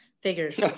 figures